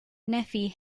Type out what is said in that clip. nephi